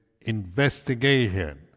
investigation